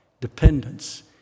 dependence